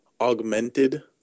augmented